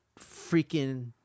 freaking